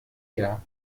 her